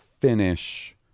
finish